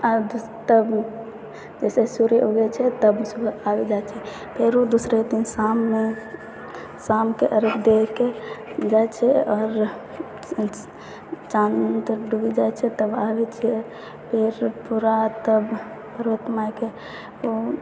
तब जइसे सूर्य उगै छै तब सुबह आबि जाइ छै फेरो दोसरो दिन शाममे शामके अरघ दै के जाइ छै आओर चाँद डूबि जाइ छै तब आबै छिए फेर पूरा तब फेर ओ छठ माइके